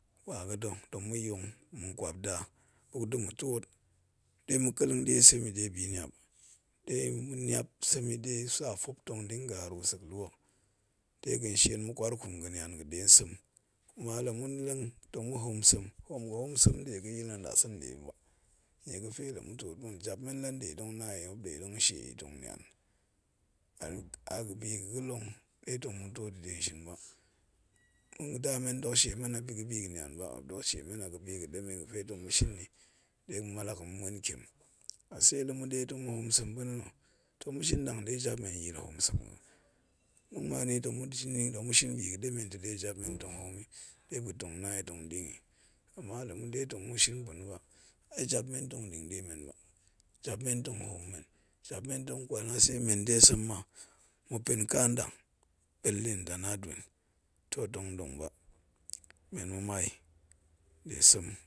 Wa ga̱ da tong ma̱ yong ma̱n nkwap da buk da ma twoot de ma̱ kelleng die sem yi bini ap de maniap sem yi tsa fop tong dinga ru sek lu hok dega̱n shien ma̱kwarkum ganian ga̱ ɗe nsem, kuma la ma̱leng tong ma hoom sem, ho̱o̱m ga̱ hoom sem nɗe ga̱yil nma nɗasana nde ba, nniaga̱ fe la matwoot jap men la nde tong na̱ yi muop nɗe tong shieyi tong nian a abi yaa̱ ga̱ long ɗe tong ma̱twoot yi dega̱ shin ba̱ ma̱nda men dok shie men a̱ ga̱ biga̱ man ba, muop dok shie men a ga̱ biga̱ ɗemen ga̱fe tong ma̱ shin ni, ɗe ma̱ mi alak yi ma̱ muan ntiem, a tse la maɗe tong ma̱ hoom sem pa̱na̱, tong mashin nɗang ɗe jap men ya̱a̱l hoom sem yi, npa̱ man yi tong ma̱shin tong mashin a bi ga̱ ɗemen ta ɗe jap men tong hoon yi, ɗe muop gatong na yitong ding yi ama la ma̱ɗe tong ma̱shin pa̱na ba, jap men tong ding die men ba, jap men tong kwal a tse men de semi ma ma̱pen ka anɗang bele tana dwen, toh tong ɗang ba men mamai de sen